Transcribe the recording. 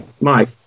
Mike